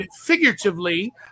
figuratively